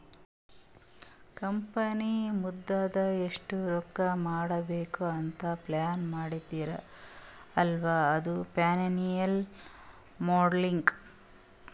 company ಮುಂದ್ ಎಷ್ಟ ರೊಕ್ಕಾ ಮಾಡ್ಬೇಕ್ ಅಂತ್ ಪ್ಲಾನ್ ಮಾಡ್ತಾರ್ ಅಲ್ಲಾ ಅದು ಫೈನಾನ್ಸಿಯಲ್ ಮೋಡಲಿಂಗ್